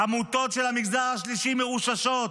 עמותות של המגזר השלישי מרוששות,